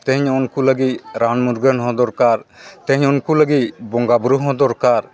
ᱛᱮᱦᱮᱧ ᱩᱱᱠᱩ ᱞᱟᱹᱜᱤᱫ ᱨᱟᱱ ᱢᱩᱨᱜᱟᱹᱱ ᱦᱚᱸ ᱫᱚᱨᱠᱟᱨ ᱛᱮᱦᱮᱧ ᱩᱱᱠᱩ ᱞᱟᱹᱜᱤᱫ ᱵᱚᱸᱜᱟ ᱵᱳᱳᱩ ᱦᱚᱸ ᱫᱚᱨᱠᱟᱨ